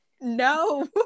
no